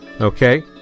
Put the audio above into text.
Okay